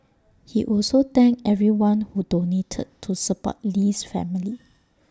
he also thanked everyone who donated to support Lee's family